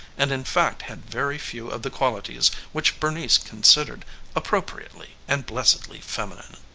and in fact had very few of the qualities which bernice considered appropriately and blessedly feminine.